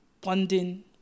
bonding